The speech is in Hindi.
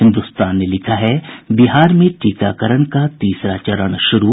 हिन्दुस्तान ने लिखा है बिहार में टीकाकरण का तीसरा चरण शुरू